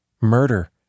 murder